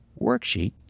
worksheet